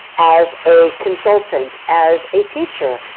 as a consultant, as a teacher,